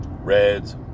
Reds